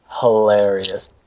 hilarious